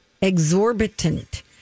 Exorbitant